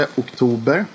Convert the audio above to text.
oktober